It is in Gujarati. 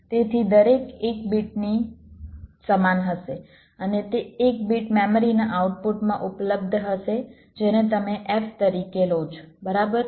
તેથી દરેક એક બીટની સમાન હશે અને તે એક બીટ મેમરીના આઉટપુટમાં ઉપલબ્ધ હશે જેને તમે F તરીકે રીતે લો છો બરાબર